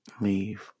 Leave